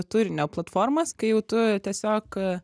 turinio platformas kai jau tu tiesiog